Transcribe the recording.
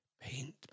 Paint